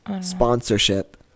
Sponsorship